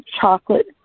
chocolate